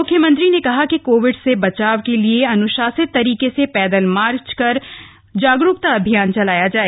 मुख्यमंत्री ने कहा कि कोविड से बचाव के लिए अन्शासित तरीके से पैदल मार्च कर जागरूकता अभियान चलाया जाए